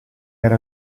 era